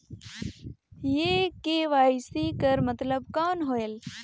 ये के.वाई.सी कर मतलब कौन होएल?